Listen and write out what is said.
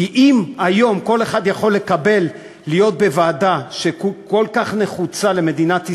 כי אם היום כל אחד יכול לקבל להיות בוועדה שכל כך נחוצה למדינת ישראל,